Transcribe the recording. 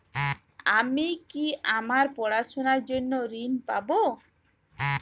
আমি কি আমার পড়াশোনার জন্য ঋণ পাব?